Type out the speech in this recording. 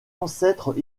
ancêtres